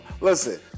Listen